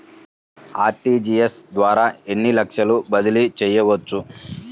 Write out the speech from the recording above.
RTGS ద్వారా ఎన్ని లక్షలు బదిలీ చేయవచ్చు?